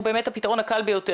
הוא באמת הפתרון הקל ביותר.